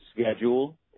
schedule